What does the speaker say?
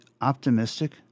optimistic